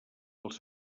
els